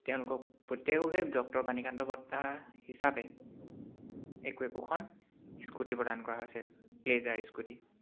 তেওঁলোকক প্ৰত্যেককে ডক্তৰ বাণীকান্ত বঁটা হিচাপে একো একোখন স্কুটি প্ৰদান কৰা হৈছে প্লেজাৰ স্কুটি